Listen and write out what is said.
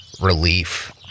relief